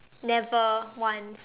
never once